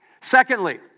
Secondly